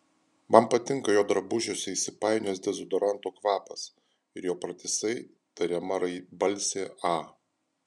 man patinka jo drabužiuose įsipainiojęs dezodoranto kvapas ir jo pratisai tariama balsė a